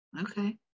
Okay